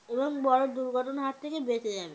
এবং বড় দুর্ঘটনার হাত থেকে বেঁচে যাবে